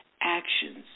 actions